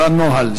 זה הנוהל,